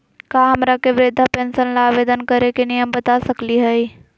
का हमरा के वृद्धा पेंसन ल आवेदन करे के नियम बता सकली हई?